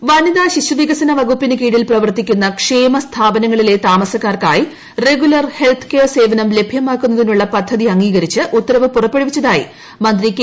ശൈലജ വനിത ശിശുവികസന വകുപ്പിന് കീഴിൽ പ്രവർത്തിക്കുന്ന ക്ഷേമ സ്ഥാപനങ്ങളിലെ ഹെൽത്ത് കെയർ സേവനം ലഭ്യമാക്കുന്നതിനുള്ള പദ്ധതി അംഗീകരിച്ച് ഉത്തരവ് പുറപ്പെടുവിച്ചതായി മന്ത്രി കെ